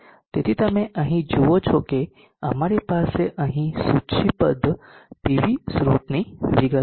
તેથી તમે અહીં જુઓ છો કે અમારી પાસે અહીં સૂચિબદ્ધ પીવી સ્રોતની વિગતો છે